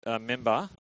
member